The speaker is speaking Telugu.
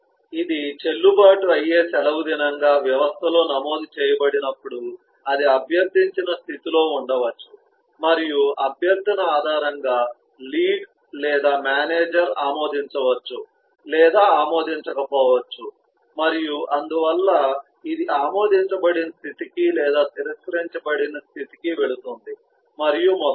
ఇది చెల్లుబాటు అయ్యే సెలవుదినంగా వ్యవస్థలో నమోదు చేయబడినప్పుడు అది అభ్యర్థించిన స్థితిలో ఉండవచ్చు మరియు అభ్యర్థన ఆధారంగా లీడ్ లేదా మేనేజర్ ఆమోదించవచ్చు లేదా ఆమోదించకపోవచ్చు మరియు అందువల్ల ఇది ఆమోదించబడిన స్థితికి లేదా తిరస్కరించబడిన స్థితికి వెళుతుంది మరియు మొదలైనవి